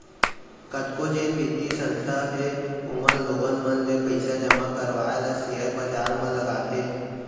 कतको जेन बित्तीय संस्था हे ओमन लोगन मन ले पइसा जमा करवाय ल सेयर बजार म लगाथे